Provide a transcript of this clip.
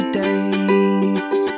dates